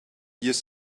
years